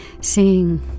seeing